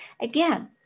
Again